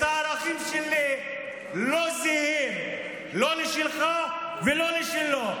הערכים שלי לא זהים, לא לשלך ולא לשלו.